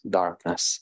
darkness